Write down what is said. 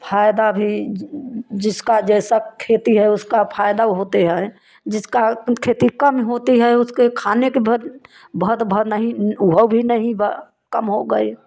फायदा भी जिसका जैसा खेती है उसका फायदौ होते हैं जिसका अपन खेती कम होती है उसके खाने के बहुत बहुत भा नहीं उहो भी नहीं भा कम हो गई